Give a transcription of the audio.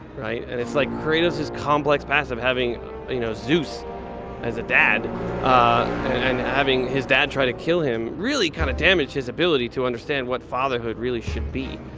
right? and it's like kratos' complex past of having you know zeus as a dad and having his dad try to kill him really kind of damaged his ability to understand what fatherhood really should be.